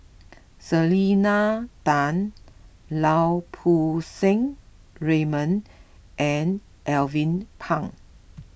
Selena Tan Lau Poo Seng Raymond and Alvin Pang